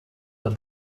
but